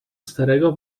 starego